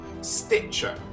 stitcher